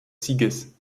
sieges